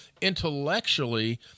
intellectually